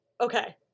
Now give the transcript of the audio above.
Okay